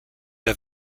der